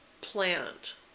plant